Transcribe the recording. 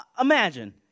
Imagine